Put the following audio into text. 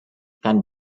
can